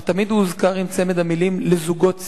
אך תמיד הוא הוזכר עם צמד המלים "לזוגות צעירים".